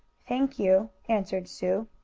thank you, answered sue.